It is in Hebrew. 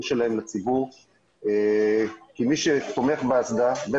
אנחנו מתנהלים בישראל מ-1998 באחריות סביבתית ובשמירה על בטיחות באספקה.